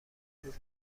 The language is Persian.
بود